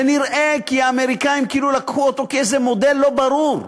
זה נראה כאילו האמריקנים לקחו אותו כאיזה מודל לא ברור.